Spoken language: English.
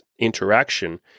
interaction